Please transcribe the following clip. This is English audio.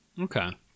Okay